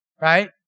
right